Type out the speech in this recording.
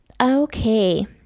Okay